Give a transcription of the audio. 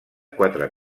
quatre